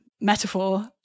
metaphor